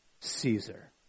Caesar